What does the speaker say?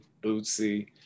Bootsy